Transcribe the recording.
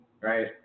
right